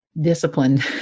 disciplined